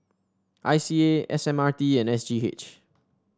I C A S M R T and S G H